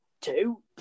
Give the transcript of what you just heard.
Two